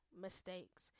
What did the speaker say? mistakes